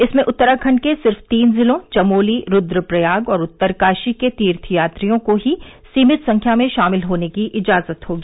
इसमें उत्तराखंड के सिर्फ तीन जिलों चमोली रुद्रप्रयाग और उत्तरकाशी के तीर्थयात्रियों को ही सीमित संख्या में शामिल होने की इजाजत होगी